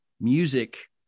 music